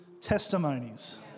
testimonies